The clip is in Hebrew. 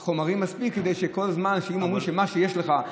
מספיק חומרים כדי שכל זמן שאומרים שמה שיש לך זה בסדר,